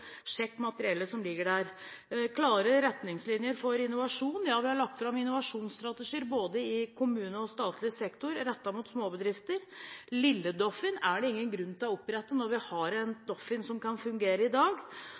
sjekk materiellet som ligger der. Klare retningslinjer for innovasjon – ja, vi har lagt fram innovasjonsstrategier både i kommunal og statlig sektor, rettet mot småbedrifter. Lille-Doffin er det ingen grunn til å opprette når vi har en Doffin som kan fungere i dag.